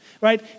right